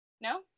No